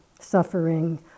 suffering